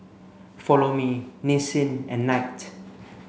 Follow Me Nissin and Knight